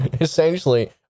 essentially